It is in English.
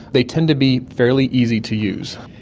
they tend to be fairly easy to use.